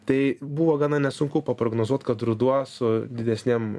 tai buvo gana nesunku paprognozuot kad ruduo su didesnėm